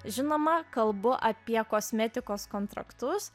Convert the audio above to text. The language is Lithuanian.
žinoma kalbu apie kosmetikos kontraktus